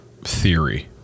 theory